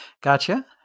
Gotcha